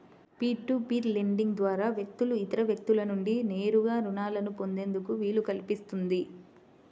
peer to peer lending ద్వారా వ్యక్తులు ఇతర వ్యక్తుల నుండి నేరుగా రుణాలను పొందేందుకు వీలు కల్పిస్తుంది